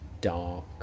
dark